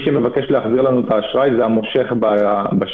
שמבקש להחזיר לנו את האשראי זה המושך בשטר.